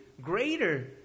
greater